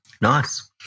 Nice